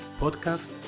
podcast